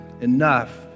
enough